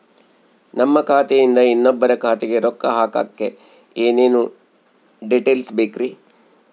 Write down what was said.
ನಮ್ಮ ಖಾತೆಯಿಂದ ಇನ್ನೊಬ್ಬರ ಖಾತೆಗೆ ರೊಕ್ಕ ಹಾಕಕ್ಕೆ ಏನೇನು ಡೇಟೇಲ್ಸ್ ಬೇಕರಿ?